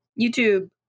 YouTube